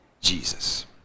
Jesus